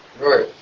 Right